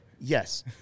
Yes